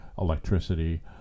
electricity